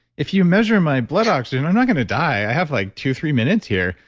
if you measure my blood oxygen, i'm not going to die. i have like two, three minutes here.